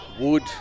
Wood